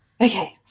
Okay